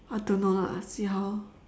I don't know lah see how